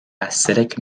acidic